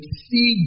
see